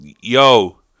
yo